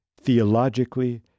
theologically